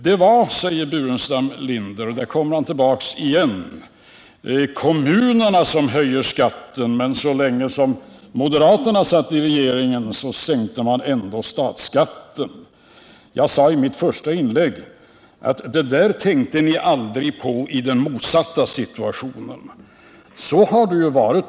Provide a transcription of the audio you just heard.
Det var, säger vidare Staffan Burenstam Linder, kommunerna som höjde skatten, medan moderaterna så länge de satt i regeringen ändå sänkte statsskatten. I mitt första inlägg sade jag att det där var något som ni i den motsatta situationen aldrig tänkte på.